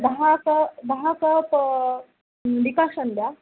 दहा क दहा कप डिकॉकशन द्या